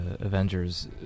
Avengers